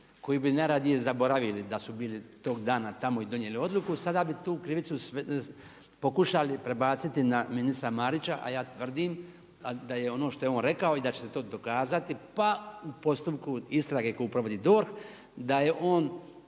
koji bi najradije zaboravili da su bili tog dana tamo i donijeli odluku sada bi tu krivicu pokušali prebaciti na ministra Marića, a ja tvrdim da je ono što je on rekao i da će se to dokazati pa u postupku istrage koju provodi DORH da je on,